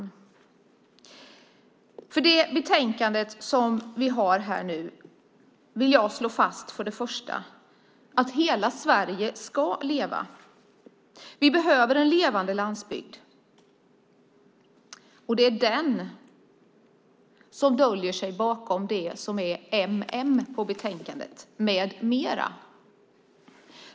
När det gäller det betänkande vi nu har att debattera vill jag slå fast att hela Sverige ska leva. Vi behöver en levande landsbygd, och det är den som döljer sig bakom beteckningen "m.m." i rubriken på betänkandet, det vill säga med mera.